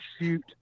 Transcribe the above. shoot